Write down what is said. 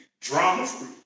drama-free